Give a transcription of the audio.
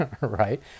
right